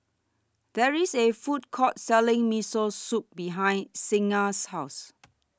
There IS A Food Court Selling Miso Soup behind Signa's House